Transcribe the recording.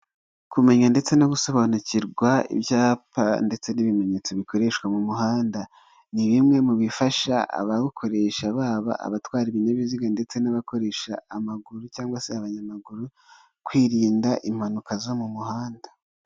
Kumenya ndetse no gusobanukirwa ibyapa ndetse n'ibimenyetso bikoreshwa mu muhanda, ni bimwe mu bifasha abawukoresha, baba abatwara ibinyabiziga ndetse n'abakoresha amaguru cyangwa se abanyamaguru kwirinda impanuka zo mu muhanda.